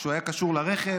כשהוא היה קשור לרכב.